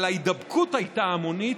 אבל ההידבקות הייתה המונית,